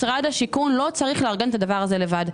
משרד השיכון לא צריך לארגן את הדבר הזה לבד.